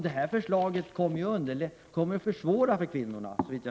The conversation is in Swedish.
Detta förslag kommer att försvåra för kvinnorna.